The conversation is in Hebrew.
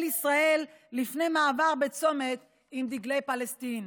ישראל לפני מעבר בצומת עם דגלי פלסטין.